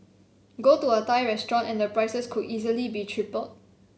go to a Thai restaurant and the prices could easily be tripled